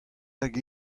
hag